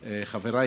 חבריי,